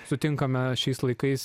sutinkame šiais laikais